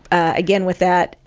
again, with that,